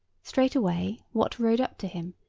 straightway wat rode up to him,